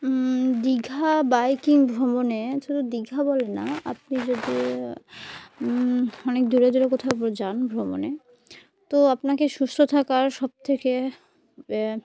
Digha biking ভ্রমণে শুধু দীঘা বলে না আপনি যদি অনেক দূরে দূরে কোথাও যান ভ্রমণে তো আপনাকে সুস্থ থাকার সবথেকে